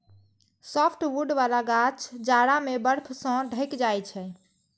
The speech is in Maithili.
सॉफ्टवुड बला गाछ जाड़ा मे बर्फ सं ढकि जाइ छै